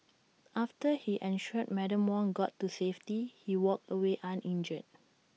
after he ensured Madam Wong got to safety he walked away uninjured